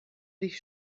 dich